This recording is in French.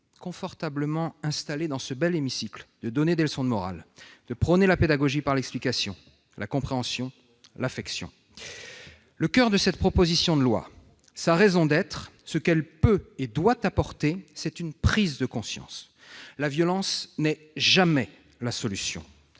confortablement installé dans ce bel hémicycle, de donner des leçons de morale, de prôner la pédagogie par l'explication, la compréhension, l'affection. Le coeur de cette proposition de loi, sa raison d'être, ce qu'elle peut et doit apporter, c'est une prise de conscience : la violence n'est jamais la solution,